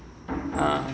okay